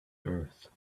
earth